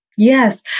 Yes